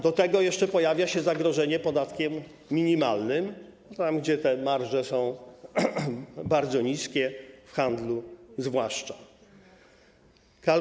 Do tego jeszcze pojawia się zagrożenie podatkiem minimalnym, tam gdzie te marże są bardzo niskie, zwłaszcza w handlu.